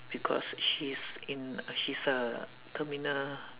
because she's in she's a terminal